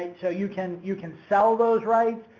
and so you can, you can sell those rights,